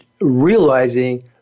realizing